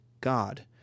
God